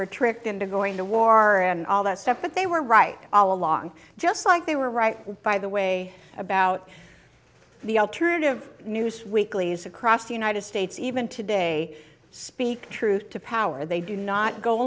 were tricked into going to war and all that stuff but they were right all along just like they were right by the way about the alternative news weeklies across the united states even today speak truth to power they do not go